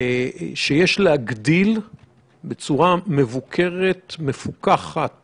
שיש להגדיל בצורה מבוקרת, מפוקחת